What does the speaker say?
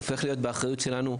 הוא הופך להיות באחריות שלנו.